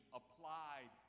applied